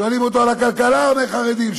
שואלים אותו על הכלכלה, הוא אומר: חרדים.